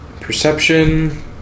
Perception